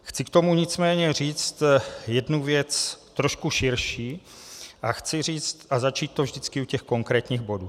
Chci k tomu nicméně říct jednu věc trošku širší a začít to vždycky u těch konkrétních bodů.